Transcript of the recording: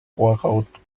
workout